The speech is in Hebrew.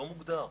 לא מוגדר.